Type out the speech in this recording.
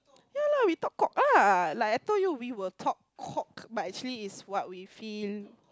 ya lah we talk cock ah like I told you we will talk cock but actually is what we feel